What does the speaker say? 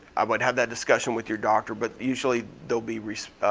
i would have that discussion with your doctor but usually they'll be